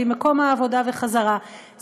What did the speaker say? למקום העבודה וחזרה,